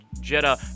Jetta